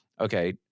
Okay